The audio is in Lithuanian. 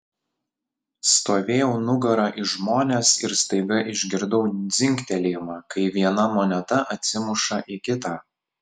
stovėjau nugara į žmones ir staiga išgirdau dzingtelėjimą kai viena moneta atsimuša į kitą